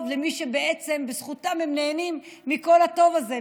למי שבעצם בזכותם הם נהנים מכל הטוב הזה.